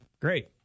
great